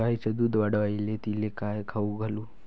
गायीचं दुध वाढवायले तिले काय खाऊ घालू?